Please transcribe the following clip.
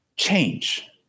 change